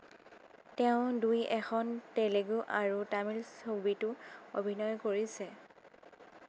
তেওঁ দুই এখন তেলেগু আৰু তামিল ছবিতো অভিনয় কৰিছে